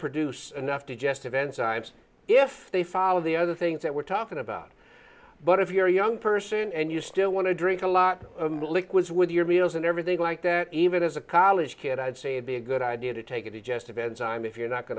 produce enough to jest events if they follow the other things that we're talking about but if you're a young person and you still want to drink a lot of liquids with your meals and everything like that even as a college kid i'd say be a good idea to take it adjusted enzyme if you're not going